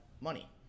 money